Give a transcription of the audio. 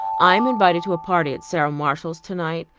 i am invited to a party at sara marshall's tonight,